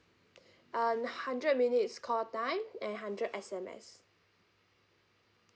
and hundred minutes call time and hundred S_M_S